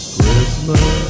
Christmas